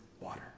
water